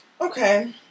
Okay